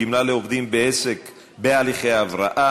גמלה לעובדים בעסק בהליכי הבראה),